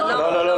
לא,